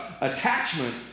attachment